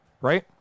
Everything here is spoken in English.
Right